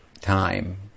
time